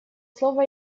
слово